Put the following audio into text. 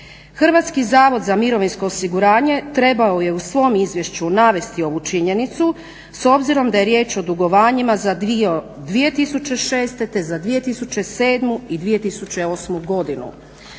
Hrvatski zavod za mirovinsko osiguranje trebao je u svom izvješću navesti ovu činjenicu s obzirom da je riječ o dugovanjima za 2006., te za 2007. i 2008. godinu.